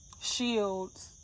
shields